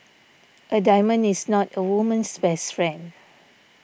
a diamond is not a woman's best friend